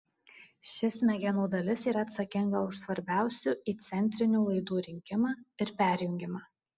ši smegenų dalis yra atsakinga už svarbiausių įcentrinių laidų rinkimą ir perjungimą